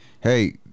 hey